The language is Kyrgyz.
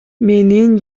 менин